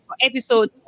episode